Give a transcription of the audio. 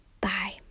bye